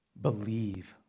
Believe